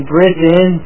Britain